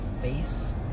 face